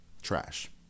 trash